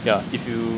ya if you